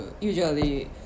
Usually